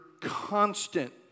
constant